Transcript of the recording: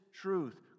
truth